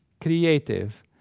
creative